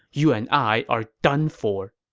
you and i are done for!